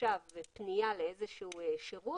עכשיו פנייה לאיזשהו שירות,